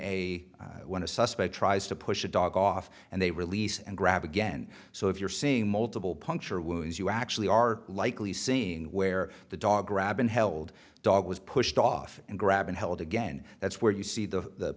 a suspect tries to push a dog off and they release and grab again so if you're seeing multiple puncture wounds you actually are likely seeing where the dog grab unhealed dog was pushed off and grab and held again that's where you see the